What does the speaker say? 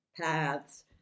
paths